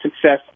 success